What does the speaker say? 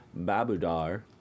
Babudar